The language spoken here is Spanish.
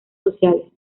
sociales